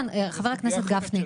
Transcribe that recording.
חבר הכנסת גפני.